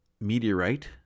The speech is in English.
meteorite